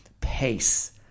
pace